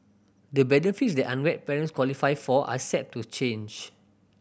the benefits that unwed parents qualify for are set to change